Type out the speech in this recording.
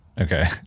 Okay